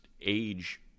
age